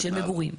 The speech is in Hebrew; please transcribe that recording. של מגורים.